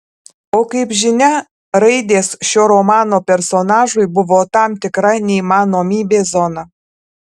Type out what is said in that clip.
o kaip žinia raidės šio romano personažui buvo tam tikra neįmanomybės zona